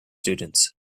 students